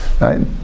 Right